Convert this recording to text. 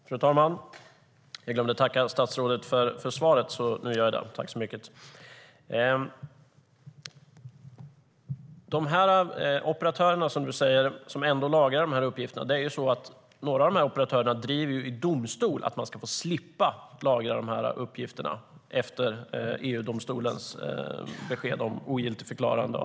Fru talman! Jag glömde tacka statsrådet för svaret, så nu gör jag det: Tack så mycket! Du talar om de operatörer som lagrar de här uppgifterna. Några av dem driver i domstol att de ska få slippa lagra uppgifterna, efter EU-domstolens ogiltigförklarande.